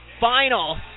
Final